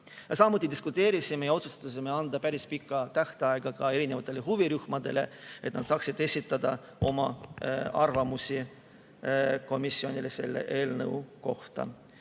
Samuti diskuteerisime ja otsustasime anda päris pika tähtaja ka erinevatele huvirühmadele, et nad saaksid esitada oma arvamusi komisjonile selle eelnõu kohta.